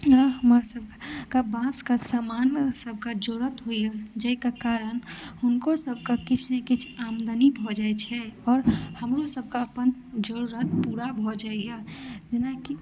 नहि ओसभ नहि बाँसके सामानसभके जरूरत होइए जाहिके कारण हुनको सभकेँ किछु ने किछु आमदनी भऽ जाइत छै आओर हमरोसभके अपन जरूरत पूरा भऽ जाइए जेनाकि